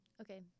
okay